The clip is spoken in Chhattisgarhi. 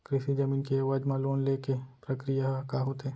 कृषि जमीन के एवज म लोन ले के प्रक्रिया ह का होथे?